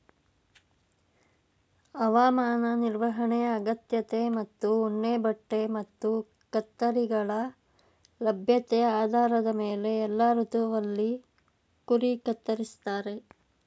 ಹವಾಮಾನ ನಿರ್ವಹಣೆ ಅಗತ್ಯತೆ ಮತ್ತು ಉಣ್ಣೆಬಟ್ಟೆ ಮತ್ತು ಕತ್ತರಿಗಳ ಲಭ್ಯತೆ ಆಧಾರದ ಮೇಲೆ ಎಲ್ಲಾ ಋತುವಲ್ಲಿ ಕುರಿ ಕತ್ತರಿಸ್ತಾರೆ